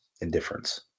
indifference